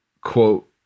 quote